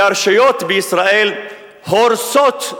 שהרשויות בישראל הורסות,